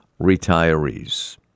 retirees